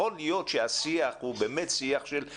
יכול להיות שבאמת יש כאן שיח של אילמים.